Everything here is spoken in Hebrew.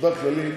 עבודה כללית